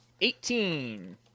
eighteen